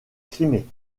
crimée